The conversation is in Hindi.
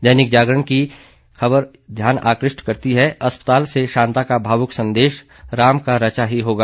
दैनिक जागरण की यह ख़बर भी ध्यान आकृष्ट करती है अस्पताल से शांता का भावुक संदेश राम का रचा ही होगा